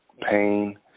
pain